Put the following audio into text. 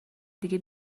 دیگه